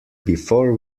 before